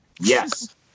Yes